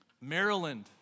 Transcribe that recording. Maryland